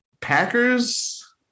Packers